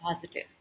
positive